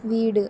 വീട്